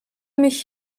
mich